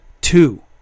two